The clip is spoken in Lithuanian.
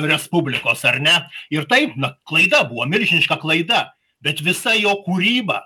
respublikos ar ne ir taip na klaida buvo milžiniška klaida bet visa jo kūryba